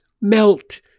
melt